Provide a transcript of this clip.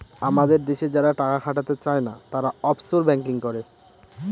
আমাদের দেশে যারা টাকা খাটাতে চাই না, তারা অফশোর ব্যাঙ্কিং করে